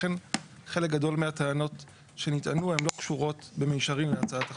לכן חלק גדול מהטענות שנטענו לא קשורות במישרין להצעת החוק.